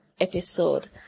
episode